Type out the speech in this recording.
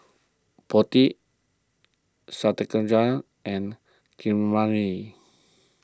Potti Satyendra and Keeravani